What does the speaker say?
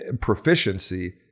Proficiency